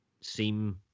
seem